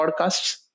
podcasts